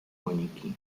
moniki